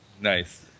Nice